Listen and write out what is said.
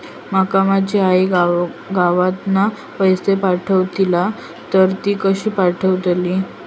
माका माझी आई गावातना पैसे पाठवतीला तर ती कशी पाठवतली?